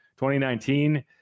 2019